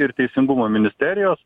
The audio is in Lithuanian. ir teisingumo ministerijos